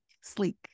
sleek